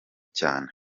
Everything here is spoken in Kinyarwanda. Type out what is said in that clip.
cyane